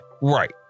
Right